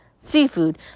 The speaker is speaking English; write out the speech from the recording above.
seafood